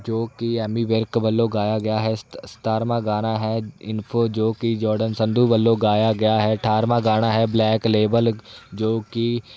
ਜੋ ਕਿ ਐਮੀ ਵਿਰਕ ਵੱਲੋਂ ਗਾਇਆ ਗਿਆ ਹੈ ਸਤ ਸਤਾਰ੍ਹਵਾਂ ਗਾਣਾ ਹੈ ਇਨਫੋ ਜੋ ਕਿ ਜੋਰਡਨ ਸੰਧੂ ਵੱਲੋਂ ਗਾਇਆ ਗਿਆ ਹੈ ਅਠਾਰ੍ਹਵਾਂ ਗਾਣਾ ਹੈ ਬਲੈਕ ਲੇਬਲ ਜੋ ਕਿ